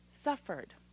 Suffered